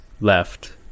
left